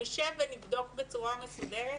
נשב ונבדוק בצורה מסודרת.